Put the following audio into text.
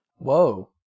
Whoa